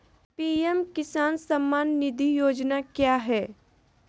PM Kisan Samman Nidhi योजना क्या है?